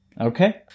Okay